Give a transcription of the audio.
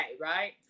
right